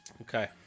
Okay